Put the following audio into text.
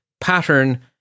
pattern